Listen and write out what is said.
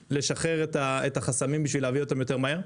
לשחרר את החסמים בשביל להביא אותם יותר מהר?